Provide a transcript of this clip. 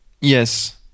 Yes